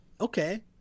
okay